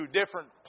different